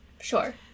Sure